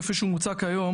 כפי שהוא מוצע כיום,